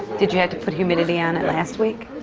did you have to put humidity on it last week?